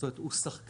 זאת אומרת הוא שחקן,